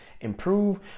improve